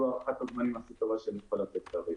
זו הערכת הזמנים הכי טובה שאני יכול לתת כרגע.